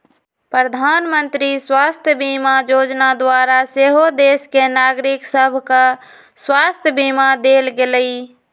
प्रधानमंत्री स्वास्थ्य बीमा जोजना द्वारा सेहो देश के नागरिक सभके स्वास्थ्य बीमा देल गेलइ